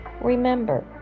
Remember